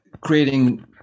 creating